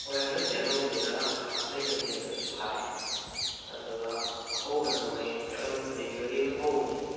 ꯍꯣꯏ ꯍꯟꯗꯛꯁꯦ ꯑꯅꯧꯕꯁꯨ ꯈꯔ ꯍꯥꯞꯆꯤꯟꯒꯅꯦꯗꯅꯁꯨ ꯍꯥꯏ ꯑꯗꯨꯒ ꯍꯧꯕꯅ ꯃꯣꯏ ꯑꯗꯨꯝ ꯑꯌꯨꯛꯇꯒꯤ ꯑꯗꯨꯝ ꯍꯧꯒꯅꯤ